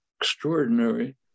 extraordinary